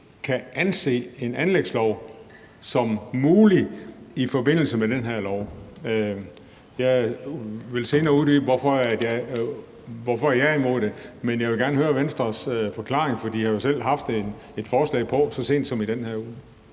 kan anse en anlægslov som mulig i forbindelse med den her lov? Jeg vil senere uddybe, hvorfor jeg er imod det. Men jeg vil gerne høre Venstres forklaring, for de har jo selv haft et forslag på så sent som i den her uge.